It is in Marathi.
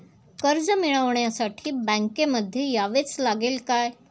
कर्ज मिळवण्यासाठी बँकेमध्ये यावेच लागेल का?